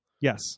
Yes